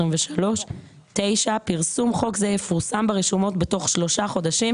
אז תוך כדי שנה